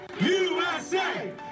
USA